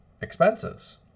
expenses